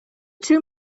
two